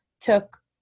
took